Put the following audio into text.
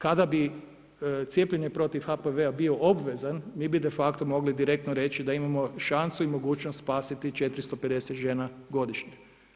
Kada bi cijepljenje protiv HPV-a bio obvezan mi bi de facto mogli direktno reći da imamo šansu i mogućnost spasiti 450 žena godišnje.